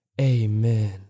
Amen